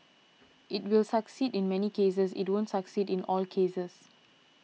it will succeed in many cases it won't succeed in all cases